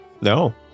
No